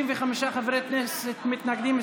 65 חברי כנסת מתנגדים.